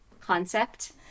concept